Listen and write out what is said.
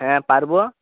হ্যাঁ পারব